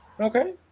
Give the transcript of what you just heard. Okay